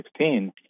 2016